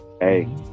Hey